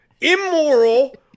immoral